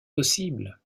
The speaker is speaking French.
possible